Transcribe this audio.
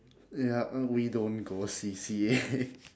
yup uh we don't go C_C_A